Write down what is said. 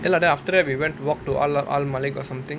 ya lah then after that we went to walk to or something